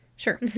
Sure